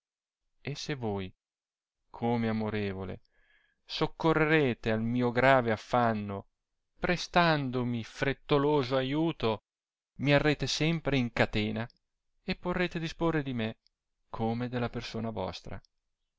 e se voi come amorevole soccorrerete al mio grave affanno prestandomi frettoloso aiuto mi arrete sempre in catena e porrete disporre di me come della persona vostra